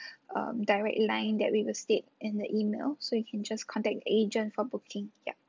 um direct line that we will state in the email so you can just contact the agent for booking yup